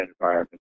environment